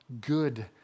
good